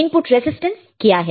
input resistance क्या है